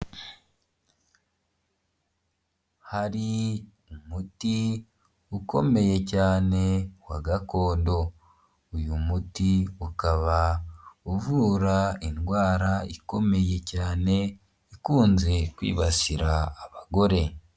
Hari umuti ukomeye cyane wa gakondo uyu muti ukaba uvura indwara ikomeye cyane ikunze kwibasira abagore.